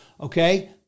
okay